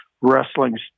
wrestling